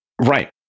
Right